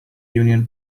union